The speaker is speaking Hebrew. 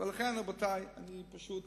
לכן, רבותי, אני פשוט